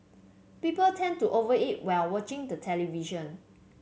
people tend to over eat while watching the television